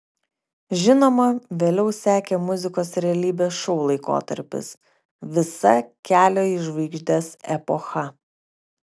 žinoma vėliau sekė muzikos realybės šou laikotarpis visa kelio į žvaigždes epocha